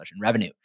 revenue